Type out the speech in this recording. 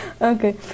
okay